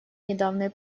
недавние